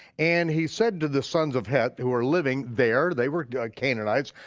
and he said to the sons of heth, who were living there, they were canaanites,